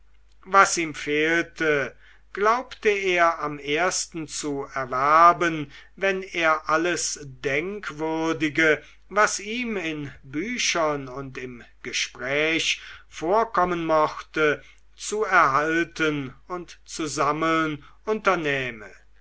was ihm fehlte glaubte er am ersten zu erwerben wenn er alles denkwürdige was ihm in büchern und im gespräch vorkommen mochte zu erhalten und zu sammeln unternähme